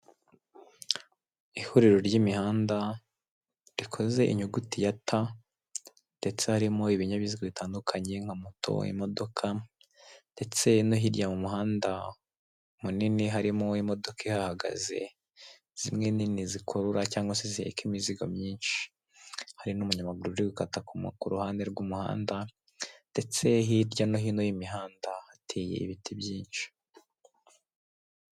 Ihuriro ry'imihanda rikoze inyuguti ya T ndetse harimo ibinyabiziga bitandukanye nka moto, imodoka ndetse no hirya mu muhanda munini harimo imodoka ihagaze, zimwe nini zikurura cyangwa se ziheka imizigo myinshi. Hari n'umunyamaguru uri gukata ku ruhande rw'umuhanda ndetse hirya no hino y'imihanda hateye ibiti byinshi.